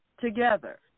together